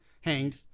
hanged